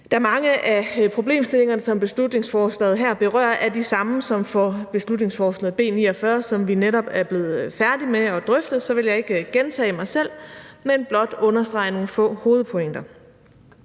Da mange af de problemstillinger, som beslutningsforslaget her berører, er de samme som i beslutningsforslag nr. B 49, som vi netop er blevet færdige med at drøfte, vil jeg ikke gentage mig selv, men blot understrege nogle få hovedpointer.